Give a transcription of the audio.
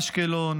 באשקלון,